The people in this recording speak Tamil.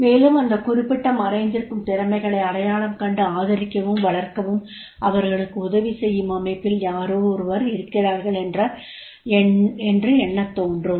மேலும் அந்த குறிப்பிட்ட மறைந்திருக்கும் திறமைகளை அடையாளம் கண்டு ஆதரிக்கவும் வளர்க்கவும் அவர்களுக்கு உதவி செய்யும் அமைப்பில் யாரோ ஒருவர் இருக்கிறார்கள் என்று எண்ணத் தோன்றும்